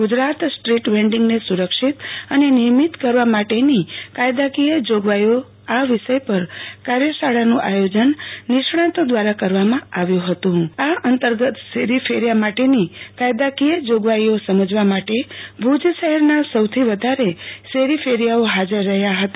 Gujarat street વેજિંગને સુ રક્ષિત અને નિયમિત કરવા માટેની કાયદાકીય જોગવાઈઓ આ વિષય પર કાર્યશાળાનું આયોજન નિષ્ણાંતો દ્રારા કરવામાં આવ્યુ હતું જે અંતર્ગત શેર ફેરીયા માટેની કાયદાકીય જોગવાઈઓ સમજવા માટે ભુજ શહેરના સૌથી વધારે શેરી ફેરીયા હાજર રહ્યા હતા